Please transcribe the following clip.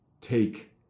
take